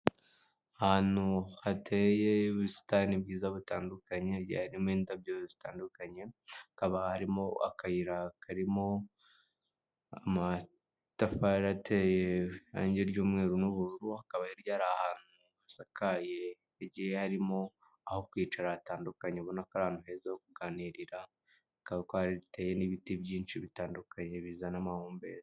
Ahantu hateye ubusitani bwiza butandukanye, hagiye harimo indabyo zitandukanye, hakaba harimo akayira karimo amatafari ateye irangi ry'umweru n'ubururu, hakaba hirya hari ahantu hasakaye, hagiye harimo aho kwicara hatandukanye ubona ko ari ahantu heza ho kuganirira, ukabona ko hatewe n'ibiti byinshi bitandukanye bizana amahumbezi.